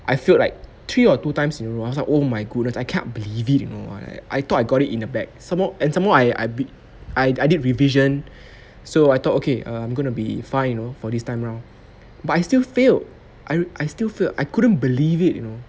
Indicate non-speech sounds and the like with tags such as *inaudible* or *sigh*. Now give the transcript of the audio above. I failed like three or two times in a row I was like oh my goodness I can't believe it you know I I thought I got it in the bag some more and some more I I beat I did revision *breath* so I thought okay I'm gonna be fine for this time around but I still failed I I still failed l I couldn't believe it you know